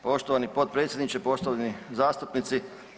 Poštovani potpredsjedniče, poštovani zastupnici.